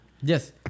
Yes